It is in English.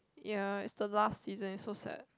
ya it's the last season it's so sad